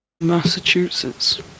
Massachusetts